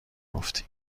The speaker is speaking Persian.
گفتی